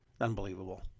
Unbelievable